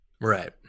Right